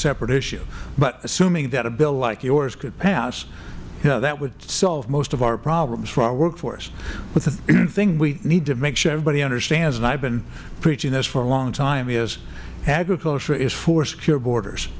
separate issue but assuming that a bill like yours could pass that would solve most of our problems for our workforce but the thing we need to make sure everybody understands and i have been preaching this for a long time is agriculture is for secure borders